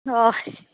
हय